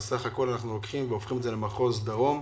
סך הכול אנחנו הופכים את זה למחוז דרום.